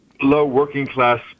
low-working-class